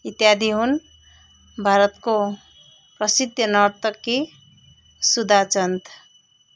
इत्यदि हुन् भारतको प्रसिद्ध नर्तकी सुदाचन्द